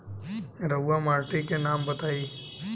रहुआ माटी के नाम बताई?